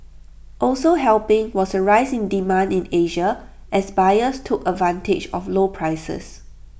also helping was A rise in demand in Asia as buyers took advantage of low prices